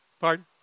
Pardon